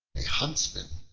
a huntsman,